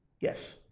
Yes